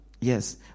Yes